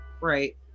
Right